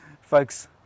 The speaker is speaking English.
folks